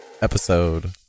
episode